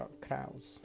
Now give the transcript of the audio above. crowds